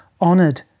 honored